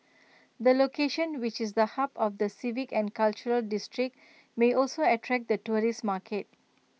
the location which is the hub of the civic and cultural district may also attract the tourist market